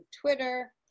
Twitter